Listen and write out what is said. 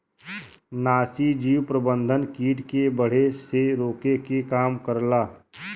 नाशीजीव प्रबंधन कीट के बढ़े से रोके के काम करला